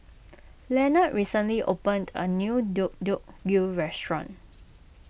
Lanette recently opened a new Deodeok Gui restaurant